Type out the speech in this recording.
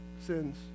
sins